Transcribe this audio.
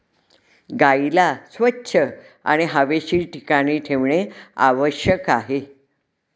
गाईला स्वच्छ आणि हवेशीर ठिकाणी ठेवणे आवश्यक आहे